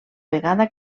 vegada